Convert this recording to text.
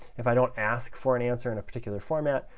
if i don't ask for an answer in a particular format,